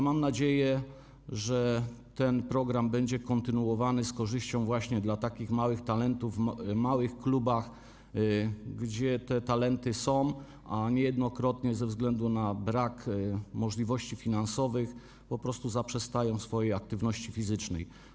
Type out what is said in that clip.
Mam nadzieję, że ten program będzie kontynuowany z korzyścią dla małych talentów w małych klubach, w których te talenty są, a niejednokrotnie ze względu na brak możliwości finansowych po prostu zaprzestają swojej aktywności fizycznej.